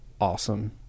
awesome